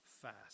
fast